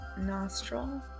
nostril